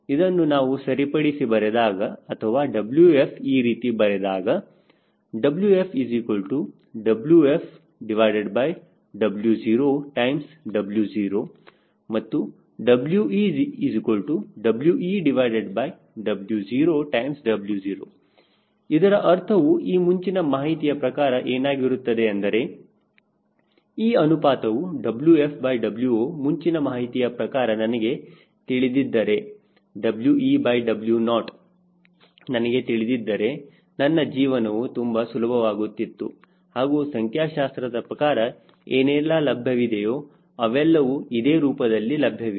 ಇದನ್ನು ನಾನು ಸರಿಪಡಿಸಿ ಬರೆದಾಗ ಅಥವಾ Wf ಈ ರೀತಿ ಬರೆದಾಗ WfWfWoWo ಮತ್ತು WeWeWoWo ಇದರ ಅರ್ಥವು ಈ ಮುಂಚಿನ ಮಾಹಿತಿಯ ಪ್ರಕಾರ ಏನಾಗಿರುತ್ತದೆ ಎಂದರೆ ಈ ಅನುಪಾತವು WfWo ಮುಂಚಿನ ಮಾಹಿತಿಯ ಪ್ರಕಾರ ನನಗೆ ತಿಳಿದಿದ್ದರೆ We Wo ನನಗೆ ತಿಳಿದಿದ್ದರೆ ನನ್ನ ಜೀವನವು ತುಂಬಾ ಸುಲಭವಾಗುತ್ತಿತ್ತು ಹಾಗೂ ಸಂಖ್ಯಾಶಾಸ್ತ್ರದ ಪ್ರಕಾರ ಏನೆಲ್ಲಾ ಲಭ್ಯವಿದೆಯೋ ಅವೆಲ್ಲವೂ ಇದೇ ರೂಪದಲ್ಲಿ ಲಭ್ಯವಿವೆ